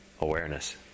Awareness